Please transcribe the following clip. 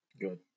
good